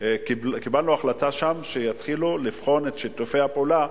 קיבלנו שם החלטה שיתחילו לבחון את שיתופי הפעולה.